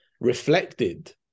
reflected